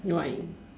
no I